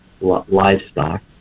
livestock